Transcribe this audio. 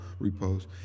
repost